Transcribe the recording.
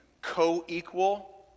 Co-equal